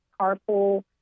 carpool